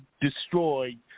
destroyed